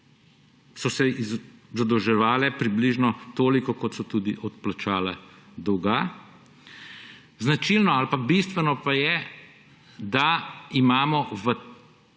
so se zadolževale približno toliko, kot so tudi odplačale dolga. Značilno ali bistveno pa je, da imamo v